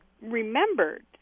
remembered